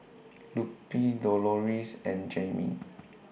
Lupe Doloris and Jaime